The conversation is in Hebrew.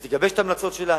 היא תגבש את ההמלצות שלה.